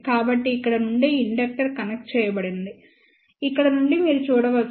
కాబట్టి ఇక్కడ నుండి ఇండక్టర్ కనెక్ట్ చేయబడినది ఇక్కడ నుండి మీరు చూడవచ్చు